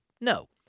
no